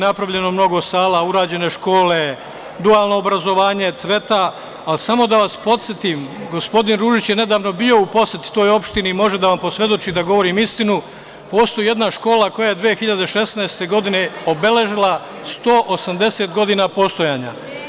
Napravljeno je mnogo sala, urađene škole, dualno obrazovanje cveta, ali samo da vas podsetim, gospodin Ružić je nedavno bio u poseti toj opštini i može da vam posvedoči da govorim istinu, postoji jedna škola koja je 2016. godine obeležila 180 godina postojanja.